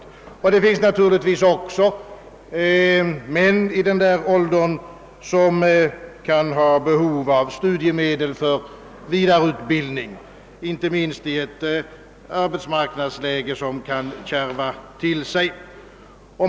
Det finns naturligtvis också män i denna ålder, vilka kan ha behov av studiemedel för vidareutbildning, inte minst i ett arbetsmarknadsläge som kan kärva till sig.